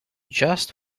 just